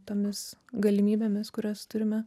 tomis galimybėmis kurias turime